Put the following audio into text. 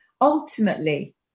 ultimately